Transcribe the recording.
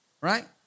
Right